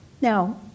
Now